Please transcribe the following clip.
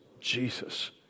Jesus